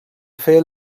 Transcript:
fer